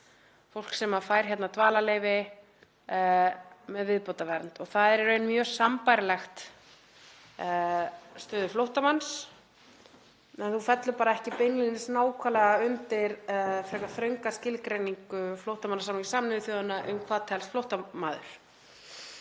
fólk sem fær dvalarleyfi með viðbótarvernd og það er í raun mjög sambærilegt stöðu flóttamanns en þú fellur ekki beinlínis nákvæmlega undir frekar þrönga skilgreiningu flóttamannasamnings Sameinuðu þjóðanna um hvað telst flóttamaður.